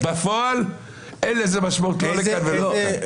בפועל אין לזה משמעות, לא לכאן ולא לכאן.